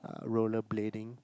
roller blading